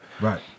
Right